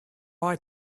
eye